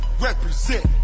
represent